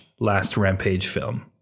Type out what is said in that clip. LastRampageFilm